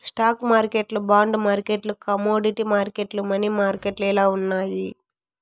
stock మార్కెట్లు bond మార్కెట్లు commodity మార్కెట్లు, మనీ మార్కెట్లు ఇలా ఉన్నాయి